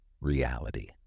reality